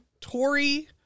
Tory